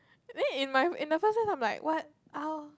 then in my in the first place I'm like what !ow!